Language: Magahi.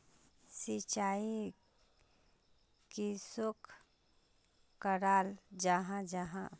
सिंचाई किसोक कराल जाहा जाहा?